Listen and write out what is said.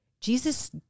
Jesus